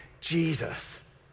Jesus